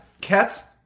cats